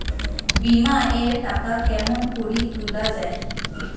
বিমা এর টাকা কেমন করি তুলা য়ায়?